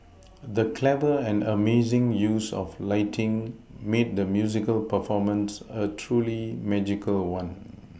the clever and amazing use of lighting made the musical performance a truly magical one